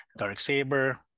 Darksaber